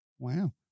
Wow